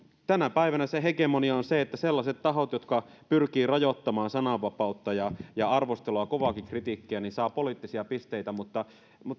tänä päivänä se hegemonia on se että sellaiset tahot jotka pyrkivät rajoittamaan sananvapautta ja ja arvostelua kovaakin kritiikkiä saavat poliittisia pisteitä mutta